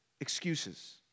excuses